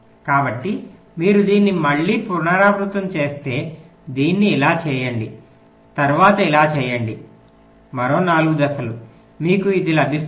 కాబట్టి మీరు దీన్ని మళ్ళీ పునరావృతం చేస్తే దీన్ని ఇలా చేయండి తర్వాత ఇలా చేయండి మరో 4 దశలు మీకు ఇది లభిస్తుంది